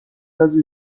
فرمودید